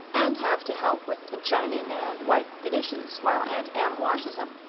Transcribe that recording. and have to help with the churning and wipe the dishes while aunt em washes em.